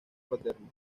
paterno